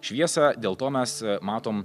šviesą dėl to mes matom